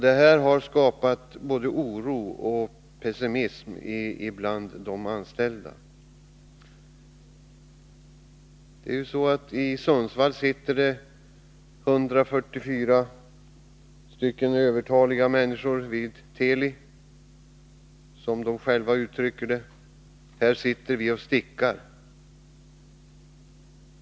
Det har framkallat både oro och pessimism bland de anställda. I Sundsvall finns det 144 övertaliga människor vid Teli. Själva uttrycker de sig på följande sätt: Här sitter vi och stickar.